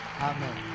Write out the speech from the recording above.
amen